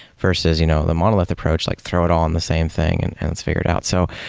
versus you know the monolith approach, like throw it all on the same thing and and let's figure it out. so